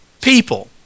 people